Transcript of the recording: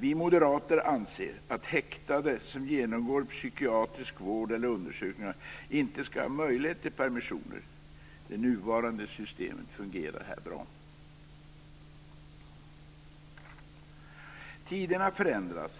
Vi moderater anser att häktade som genomgår psykiatrisk vård eller undersökningar inte ska ha möjlighet till permissioner. Det nuvarande systemet fungerar här bra. Tiderna förändras.